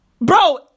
Bro